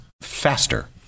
faster